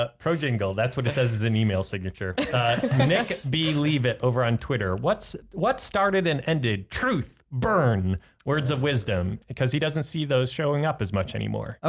ah oh jingle. that's what it says is an email signature next being leave it over on twitter what's what started and ended truth burn words of wisdom because he doesn't see those showing up as much anymore,